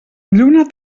lluna